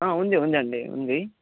ఉంది ఉందండి ఉంది